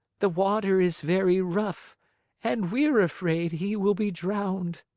the water is very rough and we're afraid he will be drowned.